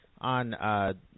on